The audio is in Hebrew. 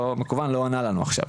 לא עונה לנו עכשיו.